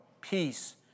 peace